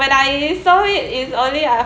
but I saw it is only ah